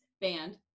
Band